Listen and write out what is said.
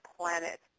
planet